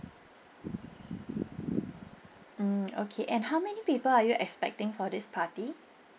mm okay and how many people are you expecting for this party